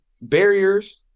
Barriers